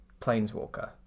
planeswalker